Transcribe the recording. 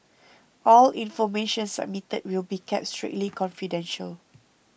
all information submitted will be kept strictly confidential